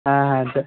হ্যাঁ হ্যাঁ যে